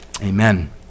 Amen